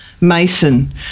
Mason